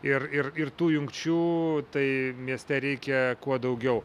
ir ir ir tų jungčių tai mieste reikia kuo daugiau